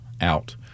out